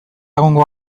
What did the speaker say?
egongo